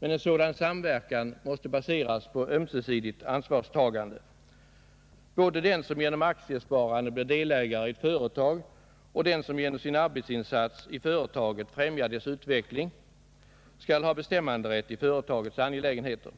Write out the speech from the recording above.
Men en sådan samverkan måste baseras på ömsesidigt ansvarstagande. Både den som genom aktiesparande blir delägare i ett företag och den som genom sin arbetsinsats i företaget främjar dess utveckling skall ha bestämmanderätt i företagets angelägenheter.